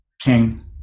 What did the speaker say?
king